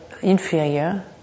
inferior